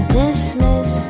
dismiss